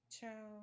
Ciao